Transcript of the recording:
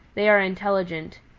they are intelligent.